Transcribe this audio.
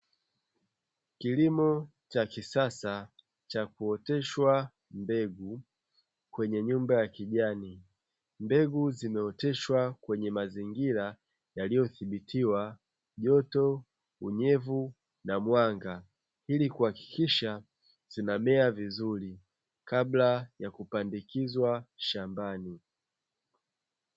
Kilimo cha kisasa cha kuoteshwa mbegu kwenye nyumba ya kijani, mbegu zimeoteshwa kwenye mazingira yaliyodhibitiwa joto, unyevu na mwanga ili kuhakikisha zinamea vizuri kabla ya kupandikizwa shambani.